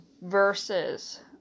verses